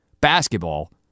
basketball